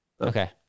okay